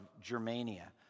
Germania